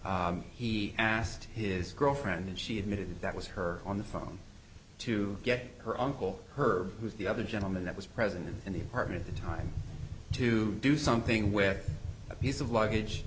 crime he asked his girlfriend and she admitted that was her on the phone to get her uncle her who's the other gentleman that was present and his partner at the time to do something with a piece of luggage